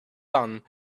done